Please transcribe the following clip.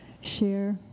share